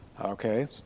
Okay